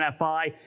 NFI